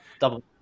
double